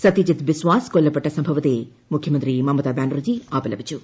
സത്യജിത് ബിസ്വാസ് കൊല്ലപ്പെട്ട സംഭവത്തെ മുഖ്യമന്ത്രി മമത ബാനർജി അപലപിച്ചു